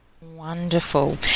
Wonderful